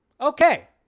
Okay